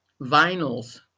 vinyls